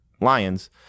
Lions